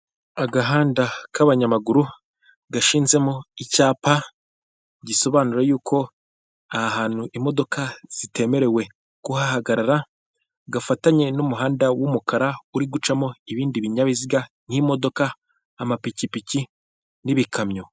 Agahanda k'abanyamaguru gashinzemo icyapa gisobanura yuko aha hantu imodoka zitemerewe kuhahagarara, gafatanye n'umuhanda w'umukara uri gucamo ibindi binyabiziga nk'imodoka, amapikipiki n'ibikamyo.